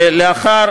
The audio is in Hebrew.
שלאחר